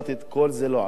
כל זה לא עזר לו.